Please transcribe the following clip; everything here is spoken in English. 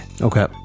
Okay